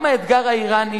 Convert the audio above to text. גם האתגר האירני,